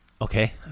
Okay